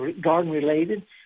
garden-related